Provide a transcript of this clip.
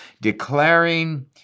declaring